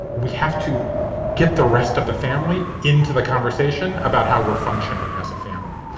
we have to get the rest of the family into the conversation about how we're functioning as a family.